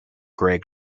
greg